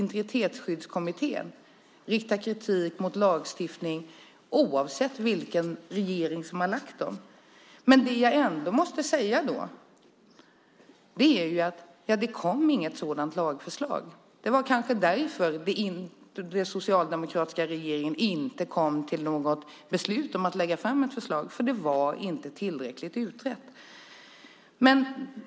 Integritetsskyddskommittén riktar kritik mot lagstiftningen oavsett vilken regering som har lagt fram förslaget. Men jag måste ändå säga detta: Det kom ju inget sådant lagförslag. Det var kanske därför den socialdemokratiska regeringen inte kom till något beslut om att lägga fram ett förslag: Det var inte tillräckligt utrett.